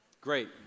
Great